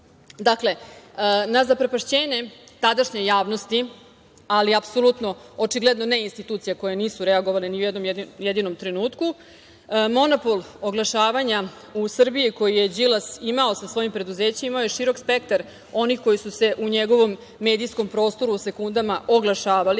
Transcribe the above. na zaprepašćenje tadašnje javnosti, ali apsolutno očigledno ne i institucija koje nisu reagovale ni u jednom jedinom trenutku, monopol oglašavanja u Srbiji koji je Đilas imao sa svojim preduzećima imao je širok spektar onih koji su se u njegovom medijskom prostoru u sekundama oglašavali,